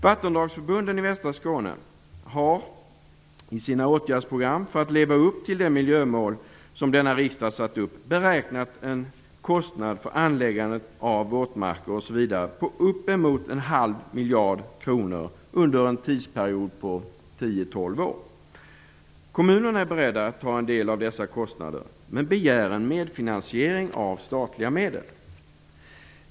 Vattendragsförbunden i västra Skåne har i sina åtgärdsprogram, för att leva upp till de miljömål som denna riksdag har satt upp, beräknat en kostnad för anläggandet av våtmarker osv. på uppemot en halv miljard kronor under en tidsperiod på 10-12 år. Kommunerna är beredda att ta en del av dessa kostnader men begär en medfinansiering av statliga medel.